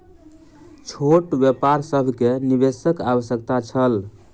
छोट व्यापार सभ के निवेशक आवश्यकता छल